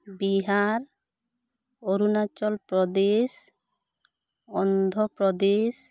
Bihar Arunachal Pradesh Andhra Pradesh